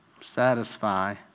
satisfy